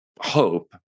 hope